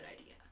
idea